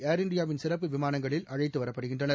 ஏர்இந்தியாவின் சிறப்பு விமானங்களில் அழைத்து வரப்படுகின்றனர்